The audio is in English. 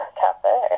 cafe